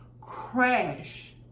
crash